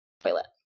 Toilet